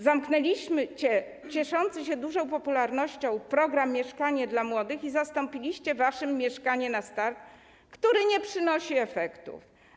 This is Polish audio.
Zamknęliście cieszący się dużą popularnością program „Mieszkanie dla młodych” i zastąpiliście go waszym programem „Mieszkanie na start”, który nie przynosi efektów.